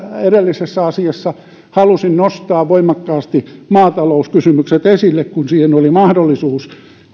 edellisessä asiassa halusin nostaa voimakkaasti maatalouskysymykset esille kun siihen oli mahdollisuus